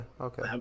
okay